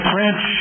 French